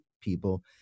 people